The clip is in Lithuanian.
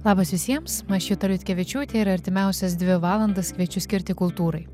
labas visiems aš juta liutkevičiūtė ir artimiausias dvi valandas kviečiu skirti kultūrai